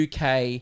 UK